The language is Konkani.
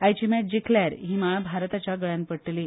आयची मॅच जिखल्यार ही माळ भारताच्या गळ्यात पडतली